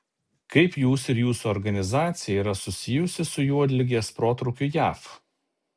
kaip jūs ir jūsų organizacija yra susijusi su juodligės protrūkiu jav